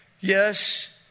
Yes